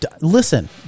Listen